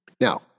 Now